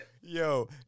yo